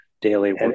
Daily